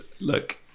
look